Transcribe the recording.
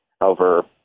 over